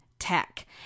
tech